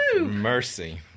Mercy